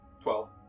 Twelve